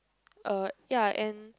uh ya and